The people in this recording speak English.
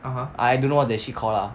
I don't know what that shit called lah